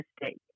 mistake